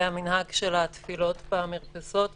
והמנהג של התפילות במרפסות וכו',